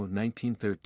1913